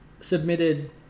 submitted